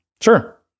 Sure